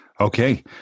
Okay